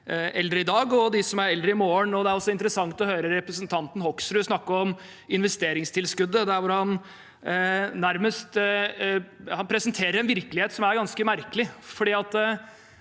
og de som er eldre i morgen. Det er også interessant å høre representanten Hoksrud snakke om investeringstilskuddet. Han presenterer en virkelighet som er ganske merkelig,